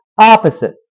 opposite